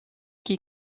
est